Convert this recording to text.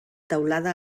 teulada